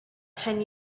ten